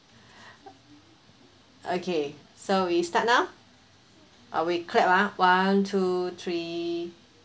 okay so we start now we clap ah one two three